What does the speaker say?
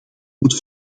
moet